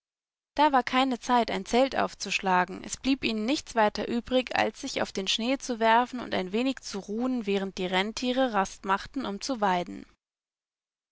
dieherdesehntesichnachdenguten bergweidenundlegteanjedemtageeinelangestreckezurück dawarkeine zeit ein zelt aufzuschlagen es blieb ihnen nichts weiter übrig als sich auf den schnee zu werfen und ein wenig zu ruhen während die renntiere rast machten um zu weiden